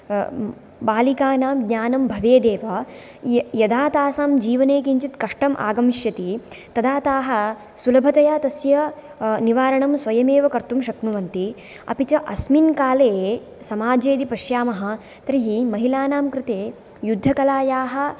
बालिकानां ज्ञानं भवेदेव य यदा तासां जीवने किञ्चित् कष्टं आगमिष्यति तादा ताः सुलभतया तस्य निवारणं स्वयमेव कर्तुं शक्नुवन्ति अपि च अस्मिन् काले समाजे यदि पश्यामः तर्हि महिलानां कृते युद्धकलायाः